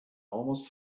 almost